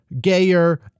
gayer